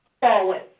Forward